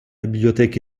bibliothèque